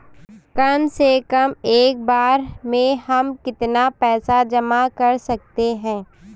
कम से कम एक बार में हम कितना पैसा जमा कर सकते हैं?